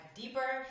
deeper